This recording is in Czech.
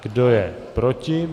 Kdo je proti?